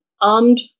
armed